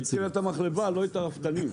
הצילה את המחלבה, לא את הרפתנים.